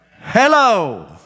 Hello